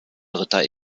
dritter